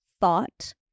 thought